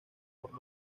por